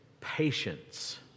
patience